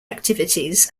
activities